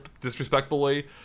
disrespectfully